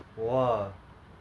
all the things they will learn